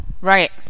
right